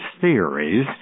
theories